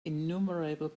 innumerable